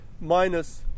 minus